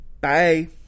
Bye